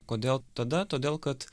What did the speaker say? kodėl tada todėl kad